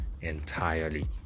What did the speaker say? entirely